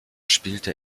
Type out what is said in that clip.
spielte